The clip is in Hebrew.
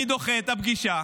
אני דוחה את הפגישה